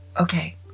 okay